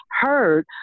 heard